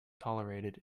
tolerated